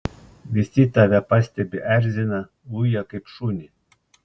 visi tave pastebi erzina uja kaip šunį